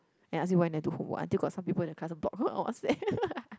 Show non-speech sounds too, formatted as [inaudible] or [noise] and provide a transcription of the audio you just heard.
and ask you why never do homework until got some people in the class go block her on WhatsApp [laughs]